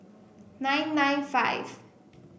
nine nine five